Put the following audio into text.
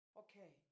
okay